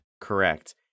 correct